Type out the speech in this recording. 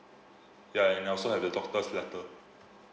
ya and I also have the doctor's letter